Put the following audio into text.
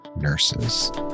Nurses